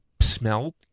smell